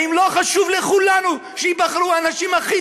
האם לא חשוב לכולנו שייבחרו האנשים הכי